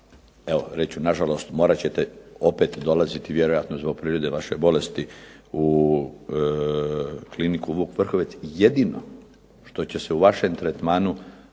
evo reći nažalost morat ćete opet dolaziti vjerojatno zbog prirode vaše bolesti u Kliniku Vuk Vrhovec jedino što će se u vašem tretmanu